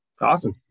awesome